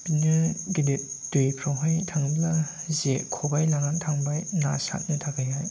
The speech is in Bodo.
बिदिनो गिदिद दैफ्रावहाय थांब्ला जे खबाइ लानानै थांबाय ना सारनो थाखायहाय